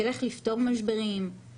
של איך לפתור משברים,